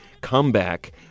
comeback